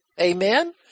Amen